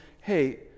Hey